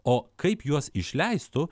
o kaip juos išleistų